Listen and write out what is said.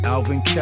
Alvin